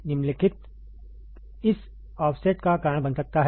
निम्नलिखित इस ऑफसेट का कारण बन सकता है